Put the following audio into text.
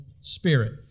spirit